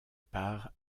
par